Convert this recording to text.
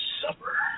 supper